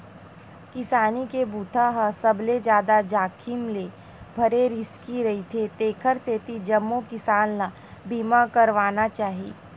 किसानी के बूता ह सबले जादा जाखिम ले भरे रिस्की रईथे तेखर सेती जम्मो किसान ल बीमा करवाना चाही